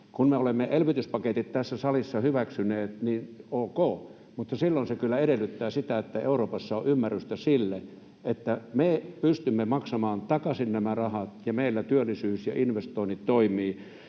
Kun me olemme elvytyspaketit tässä salissa hyväksyneet, niin ok, mutta silloin se kyllä edellyttää sitä, että Euroopassa on ymmärrystä sille, että me pystymme maksamaan takaisin nämä rahat ja meillä työllisyys ja investoinnit toimivat.